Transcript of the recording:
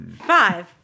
Five